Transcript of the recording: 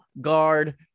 guard